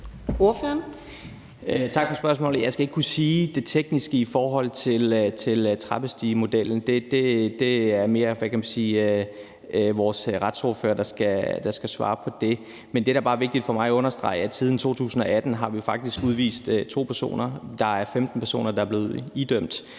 Tak for spørgsmålet. Jeg skal ikke kunne sige noget om det tekniske i forhold til trappestigemodellen. Det er mere vores retsordfører, der skal svare på det. Men det, der er vigtigt for mig at understrege, er, at vi siden 2018 faktisk har udvist to personer, og 15 personer er blevet dømt.